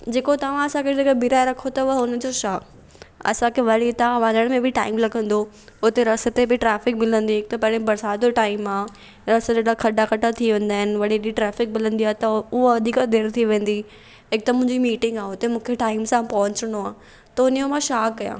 जेको तव्हां असांखे जेके ॿीहाराए रखो अथव हुनजो छा असांखे वरी हितां वञण में बि टाइम लॻंदो उते रस्ते ते बि ट्रैफ़िक मिलंदी हिकु त पहिरीं बरिसाति जो टाइम आहे रस्ते ते त खॾा खॾा थी वेंदा आहिनि वरी हेॾी ट्रैफ़िक मिलंदी आहे त उहो वधीक देरि थी वेंदी हिक त मुंहिंजी मीटिंग आहे हुते मूंखे टाइम सां पहुचणो आहे त उनजो मां छा कयां